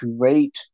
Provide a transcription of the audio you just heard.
create